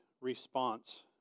response